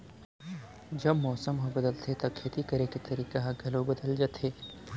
जब मौसम ह बदलथे त खेती करे के तरीका ह घलो बदल जथे?